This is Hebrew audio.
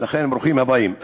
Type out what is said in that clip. ברוכים הבאים.